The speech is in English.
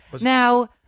Now